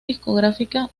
discográfica